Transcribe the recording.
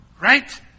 Right